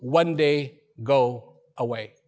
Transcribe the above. one day go away